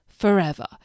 forever